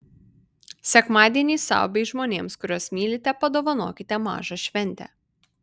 sekmadienį sau bei žmonėms kuriuos mylite padovanokite mažą šventę